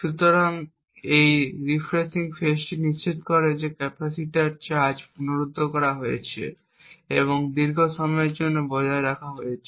সুতরাং এই রিফ্রেশিং ফেজটি নিশ্চিত করে যে ক্যাপাসিট্যান্সের চার্জ পুনরুদ্ধার করা হয়েছে এবং দীর্ঘ সময়ের জন্য বজায় রাখা হয়েছে